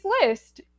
list